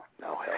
No